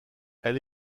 elle